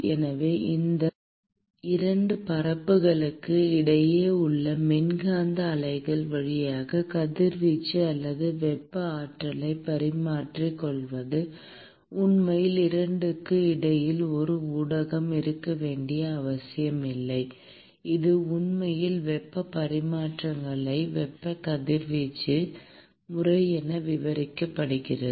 எனவே இந்த 2 பரப்புகளுக்கு இடையே உள்ள மின்காந்த அலைகள் வழியாக கதிர்வீச்சு அல்லது வெப்ப ஆற்றலைப் பரிமாறிக்கொள்வது உண்மையில் 2 க்கு இடையில் ஒரு ஊடகம் இருக்க வேண்டிய அவசியமில்லை இது உண்மையில் வெப்ப பரிமாற்றத்தின் வெப்ப கதிர்வீச்சு முறை என விவரிக்கப்படுகிறது